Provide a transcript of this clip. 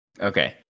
Okay